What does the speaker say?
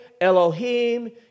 Elohim